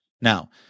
Now